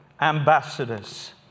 ambassadors